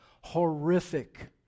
horrific